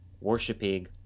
worshiping